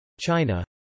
China